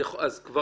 צריך